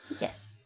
Yes